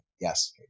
yes